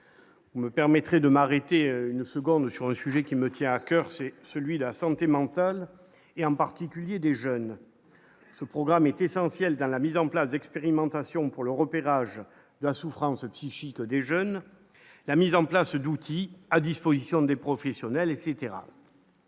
Vous me permettrez de m'arrêter une seconde sur le sujet qui me tient à coeur, c'est celui la santé mentale, et en particulier des jeunes, ce programme est essentielle dans la mise en place d'expérimentation pour le repérage la souffrance psychique des jeunes : la mise en place d'outils à disposition des professionnels etc.